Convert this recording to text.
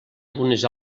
algunes